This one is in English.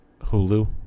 Hulu